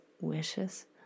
wishes